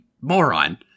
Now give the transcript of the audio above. moron